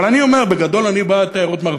אבל בגדול, אני בעד תיירות מרפא.